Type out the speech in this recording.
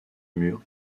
mur